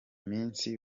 minsi